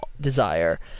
desire